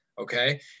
Okay